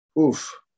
Oof